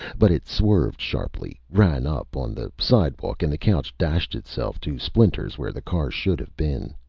but it swerved sharply, ran up on the sidewalk, and the couch dashed itself to splinters where the car should have been.